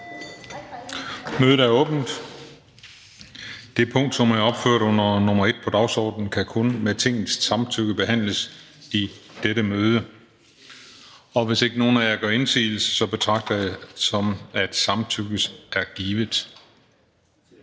(Christian Juhl): Det punkt, som er opført som nr. 1 på dagsordenen, kan kun med Tingets samtykke behandles i dette møde. Hvis ingen gør indsigelse, betragter jeg samtykket som givet.